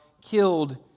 killed